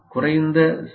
குறைந்த சி